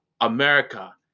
America